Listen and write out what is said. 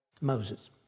Moses